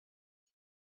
josé